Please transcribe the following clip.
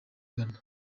ghana